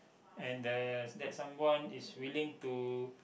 and uh that someone is willing to